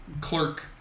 clerk